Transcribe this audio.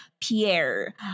Pierre